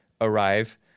arrive